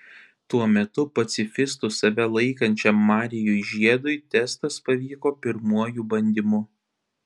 tuo metu pacifistu save laikančiam marijui žiedui testas pavyko pirmuoju bandymu